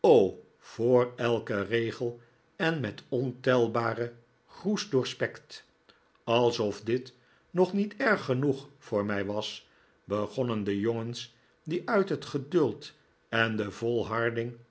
voor elken regel en met ontelbare grroe's doorspekt alsof dit nog niet erg genoeg voor mij was begonnen de jongens die uit het geduld en de volharding